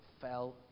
fell